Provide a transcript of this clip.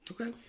Okay